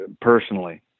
personally